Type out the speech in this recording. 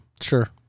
Sure